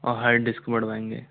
और hard disk भी बढ़वाएंगे